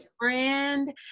friend